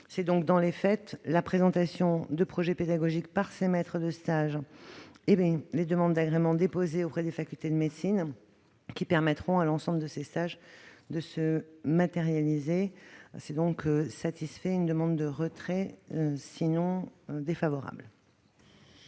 C'est donc, dans les faits, la présentation de projets pédagogiques par ces maîtres de stage et les demandes d'agrément déposées auprès des facultés de médecine qui permettront à l'ensemble de ces stages de se matérialiser. Le Gouvernement demande donc le retrait de